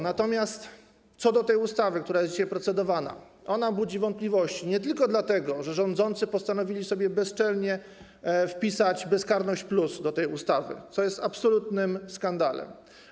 Natomiast co do ustawy, która jest dzisiaj procedowana, to ona budzi wątpliwości, dlatego że rządzący postanowili sobie bezczelnie wpisać bezkarność+ do tej ustawy, co jest absolutnym skandalem.